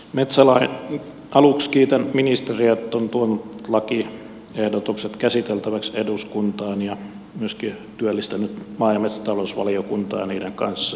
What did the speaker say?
aluksi kiitän ministeriä että hän on tuonut lakiehdotukset käsiteltäväksi eduskuntaan ja myöskin työllistänyt maa ja metsätalousvaliokuntaa niiden kanssa